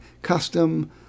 Custom